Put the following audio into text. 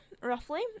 roughly